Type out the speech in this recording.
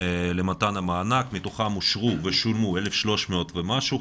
למתן המענק מתוכן אושרו 1,300 ומשהו.